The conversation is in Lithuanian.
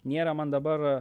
nėra man dabar